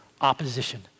opposition